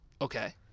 Okay